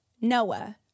Noah